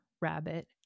rabbit